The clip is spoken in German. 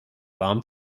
warm